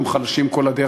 הם חלשים כל הדרך,